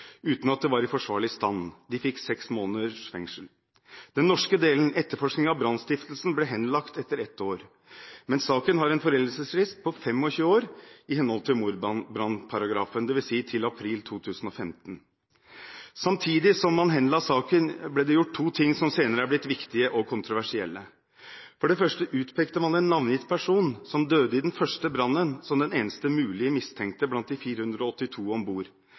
uten at det var i forsvarlig stand. De fikk seks måneders fengsel. Den norske delen, etterforskning av brannstiftelsen, ble henlagt etter ett år, men saken har en foreldelsesfrist på 25 år i henhold til mordbrannparagrafen, dvs. til april 2015. Samtidig som man henla saken, ble det gjort to ting som senere er blitt viktige og kontroversielle. For det første utpekte man en navngitt person, som døde i den første brannen, som den eneste mulige mistenkte blant de 482 om bord.